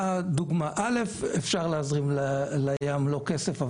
אפשר להזרים מים לים המלח.